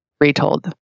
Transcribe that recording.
retold